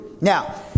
Now